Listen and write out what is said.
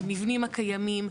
במבנים הקיימים,